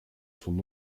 son